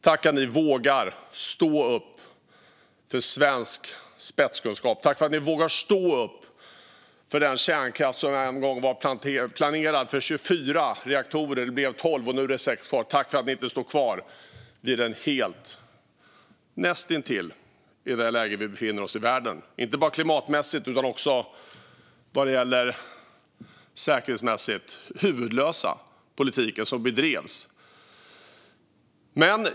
Tack för att ni vågar stå upp för svensk spetskunskap! Tack för att ni vågar stå upp för den kärnkraft som en gång var planerad för 24 reaktorer! Det blev 12, och nu är det 6 kvar. Tack för att ni inte står kvar vid den näst intill - i det läge vi befinner oss i världen inte bara klimatmässigt utan också säkerhetsmässigt - huvudlösa politik som bedrevs!